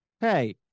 Hey